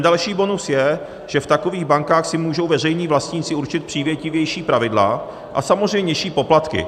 Další bonus je, že v takových bankách si můžou veřejní vlastníci určit přívětivější pravidla a samozřejmě nižší poplatky.